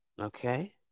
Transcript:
Okay